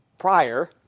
prior